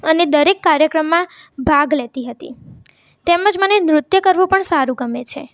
અને દરેક કાર્યક્રમમાં ભાગ લેતી હતી તેમજ મને નૃત્ય કરવું પણ સારું ગમે છે